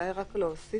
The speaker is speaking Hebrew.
אולי רק להוסיף,